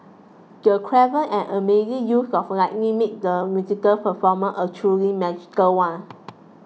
the clever and amazing use of lighting made the musical performance a truly magical one